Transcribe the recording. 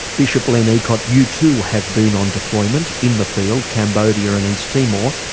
bishop len eacott you too have been on deployment in the field cambodia and east timor.